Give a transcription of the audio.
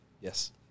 Yes